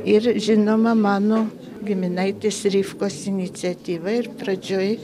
ir žinoma mano giminaitės rifkos iniciatyva ir pradžioj